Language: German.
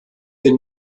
den